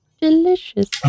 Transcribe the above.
delicious